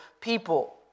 people